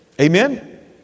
Amen